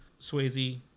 Swayze